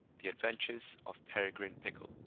the adventures of peregrine pickle,